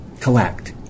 collect